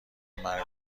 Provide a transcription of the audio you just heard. مرگ